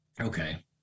okay